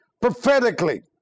prophetically